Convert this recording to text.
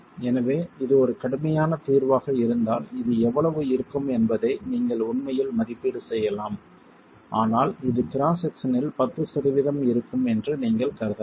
எனவே இது ஒரு கடுமையான தீர்வாக இருந்தால் இது எவ்வளவு இருக்கும் என்பதை நீங்கள் உண்மையில் மதிப்பீடு செய்யலாம் ஆனால் இது கிராஸ் செக்சனில் 10 சதவிகிதம் இருக்கும் என்று நீங்கள் கருதலாம்